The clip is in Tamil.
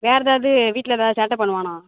வேறு எதாவது வீட்டில் எதாவது சேட்டை பண்ணுவானா